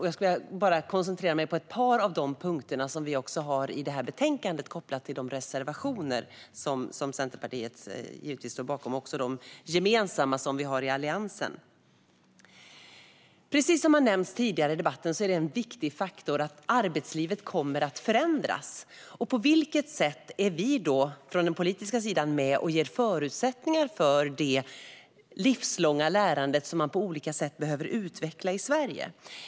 Jag skulle vilja koncentrera mig på ett par av punkterna i betänkandet, kopplat till de reservationer som vi har, också de gemensamma reservationerna från hela Alliansen. Arbetslivet kommer att förändras. Det är en viktig faktor. På vilket sätt är då vi från den politiska sidan med och ger förutsättningar för det livslånga lärandet, som man behöver utveckla i Sverige?